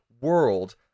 world